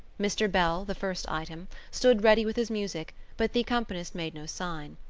mr. bell, the first item, stood ready with his music but the accompanist made no sign.